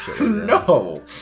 no